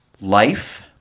life